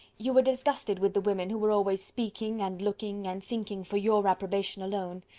you were disgusted with the women who were always speaking, and looking, and thinking for your approbation alone.